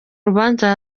rubanza